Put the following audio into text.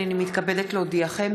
הנני מתכבדת להודיעכם,